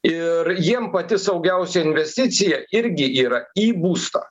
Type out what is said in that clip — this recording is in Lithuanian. ir jiem pati saugiausia investicija irgi yra į būstą